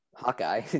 hawkeye